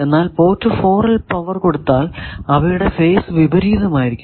എന്നാൽ പോർട്ട് 4 ൽ പവർ കൊടുത്താൽ അവയുടെ ഫേസ് വിപരീതം ആയിരിക്കും